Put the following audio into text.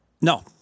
No